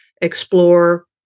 explore